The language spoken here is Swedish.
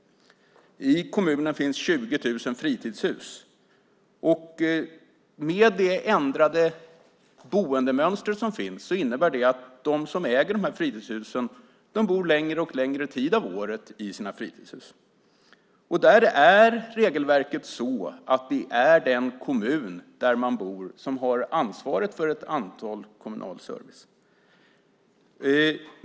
I kommunen finns 20 000 fritidshus. Men det ändrade boendemönstret gör att de som äger de här fritidshusen bor längre och längre tid av året i sina fritidshus. Regelverket är sådant att kommunen har ansvaret för kommunal service för alla som bor där.